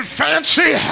fancy